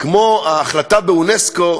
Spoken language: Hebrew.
כמו ההחלטה באונסק"ו